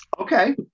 Okay